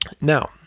Now